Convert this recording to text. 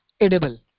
edible